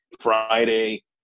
Friday